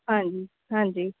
ਹਾਂਜੀ ਹਾਂਜੀ